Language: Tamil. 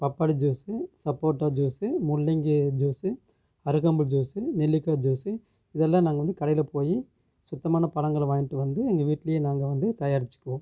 பப்பாளி ஜூஸ் சப்போட்டா ஜூஸ் முள்ளங்கி ஜூஸ் அருகம்புல் ஜூஸ் நெல்லிக்காய் ஜூஸ் இதெல்லாம் நாங்கள் வந்து கடையில் போய் சுத்தமான பழங்களை வாங்கிட்டு வந்து எங்கள் வீட்டிலயே நாங்கள் வந்து தயாரிச்சிக்குவோம்